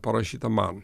parašyta man